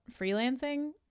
freelancing